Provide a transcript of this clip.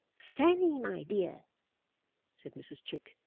fanny, my dear said mrs chick,